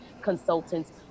consultants